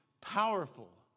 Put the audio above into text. powerful